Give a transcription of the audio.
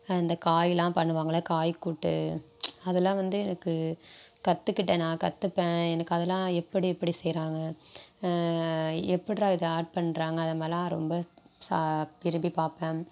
அந்த காய்லாம் பண்ணுவாங்கல்ல காய்க்கூட்டு அதெலாம் வந்து எனக்கு கற்றுக்கிட்டேன் நான் நான் ற்றுப்பேன் எனக்கு அதெலாம் எப்படி எப்படி செய்கிறாங்க எப்புடிரா இதை ஆட் பண்ணுறாங்க அதை மாதிரிலாம் ரொம்ப சா விரும்பிப் பார்ப்பேன்